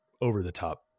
over-the-top